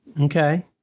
okay